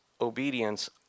obedience